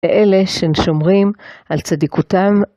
ואלה ששומרים על צדיקותם.